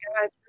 guys